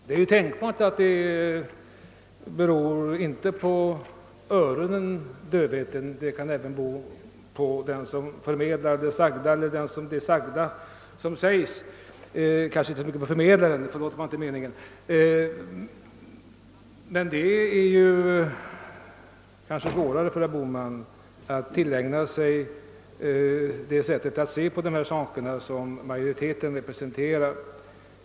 Det är ju tänkbart att det inte beror på öronen — det kan även bero på hur det sagda förmedlats. Men det är kanske svårare för herr Bohman att tillägna sig det sätt att se på de här sakerna som majoriteten representerar.